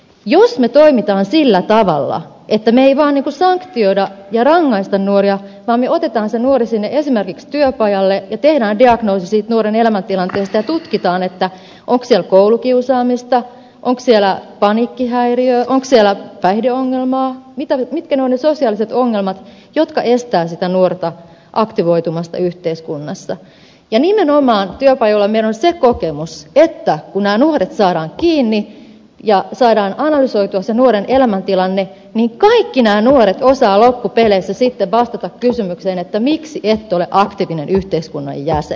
jos me toimimme sillä tavalla että me emme vain sanktioi ja rankaise nuoria vaan otamme nuoren esimerkiksi sinne työpajalle ja teemme diagnoosin hänen elämäntilanteestaan ja tutkimme onko siellä koulukiusaamista onko siellä paniikkihäiriötä onko siellä päihdeongelmaa mitkä ovat ne sosiaaliset ongelmat jotka estävät sitä nuorta aktivoitumasta yhteiskunnassa nimenomaan työpajoilla meillä on se kokemus että kun nämä nuoret saadaan kiinni ja saadaan analysoitua nuoren elämäntilanne niin kaikki nämä nuoret osaavat loppupeleissä vastata kysymykseen miksi et ole aktiivinen yhteiskunnan jäsen